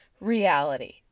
reality